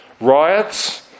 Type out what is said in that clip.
riots